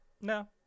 No